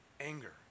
Anger